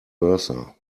versa